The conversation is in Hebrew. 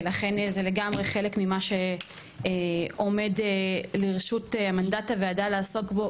ולכן זה לגמרי חלק ממה שעומד לרשות מנדט הוועדה לעסוק בו,